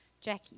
Jackie